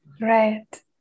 Right